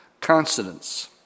consonants